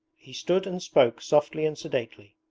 he stood and spoke softly and sedately,